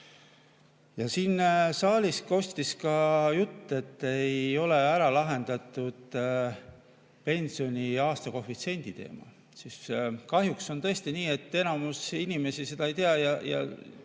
Siin saalis kostis ka jutt, et ei ole ära lahendatud pensioni aastakoefitsiendi teema. Kahjuks on tõesti nii, et enamus inimesi seda ei tea, ja